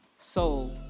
soul